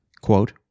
quote